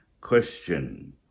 question